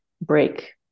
break